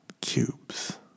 cubes